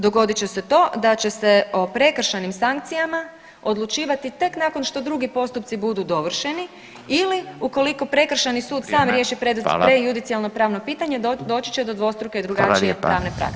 Dogodit će se to da će se o prekršajnim sankcijama odlučivati tek nakon što drugi postupci budu dovršeni ili ukoliko prekršajni sud sam riješi [[Upadica: Vrijeme, hvala.]] prejudicijalno pravno pitanje doći će do dvostruke i drugačije [[Upadica: Hvala lijepa.]] pravne prakse.